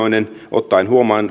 ottaen huomioon